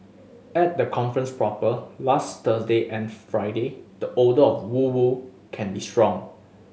at the conference proper last Thursday and Friday the odour of woo woo can be strong